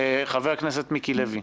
חבר הכנסת מיקי לוי,